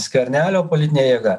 skvernelio politinė jėga